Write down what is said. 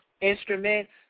instruments